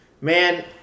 man